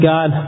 God